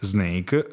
Snake